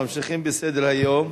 ממשיכים בסדר-היום.